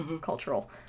cultural